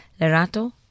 Lerato